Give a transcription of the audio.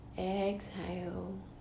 exhale